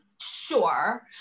sure